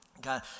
God